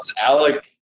Alec